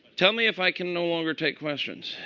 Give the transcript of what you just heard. tell me if i can no longer take questions.